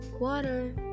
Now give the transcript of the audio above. water